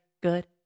good